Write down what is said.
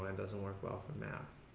and doesnt work well for math